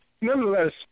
Nonetheless